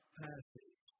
passage